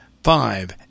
Five